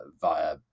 via